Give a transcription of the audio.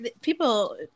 people